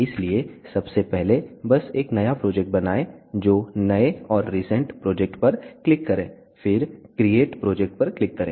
इसलिए सबसे पहले बस एक नया प्रोजेक्ट बनाएं जो नए और रीसेंट प्रोजेक्ट पर क्लिक करें फिर क्रिएट प्रोजेक्ट पर क्लिक करें